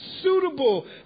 suitable